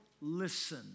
listen